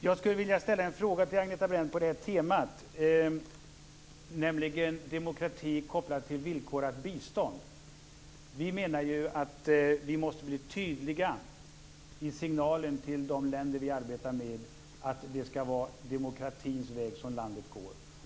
Jag skulle vilja ställa en fråga till Agneta Brendt på temat demokrati kopplat till villkorat bistånd. Vi menar att vi till de länder vi arbetar med måste ge tydliga signaler om att det skall vara demokratins väg som landet går.